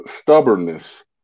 stubbornness